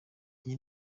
iyi